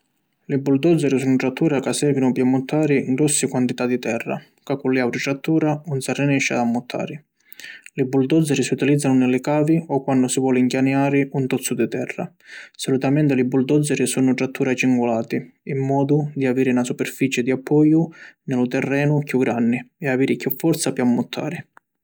Li bulldozer sunnu trattura ca servinu pi ammuttari grossi quantità di terra, ca cu li autri trattura ‘un si arrinesci ad ammuttari. Li bulldozer si utilizzanu ni li cavi o quannu si voli nchianiari un tozzu di terra. Solitamenti li bulldozer sunnu trattura cingulati in modu di aviri na superfici di appoju ni lu terrenu chiù granni e aviri chiù forza pi ammuttari.